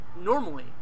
normally